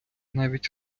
навіть